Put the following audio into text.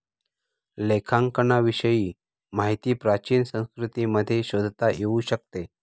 लेखांकनाविषयी माहिती प्राचीन संस्कृतींमध्ये शोधता येऊ शकते